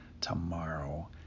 tomorrow